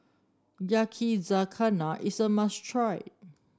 Yakizakana is a must try